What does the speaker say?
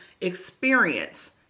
experience